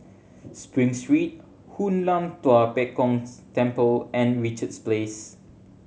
Spring Street Hoon Lam Tua Pek Kong Temple and Richards Place